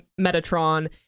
Metatron